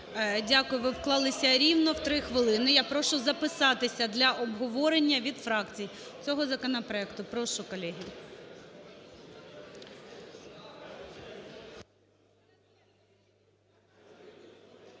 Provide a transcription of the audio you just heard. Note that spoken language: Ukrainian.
Дякую. Ви вклалися рівно в три хвилини. Я прошу записатися для обговорення від фракцій цього законопроекту. Прошу, колеги.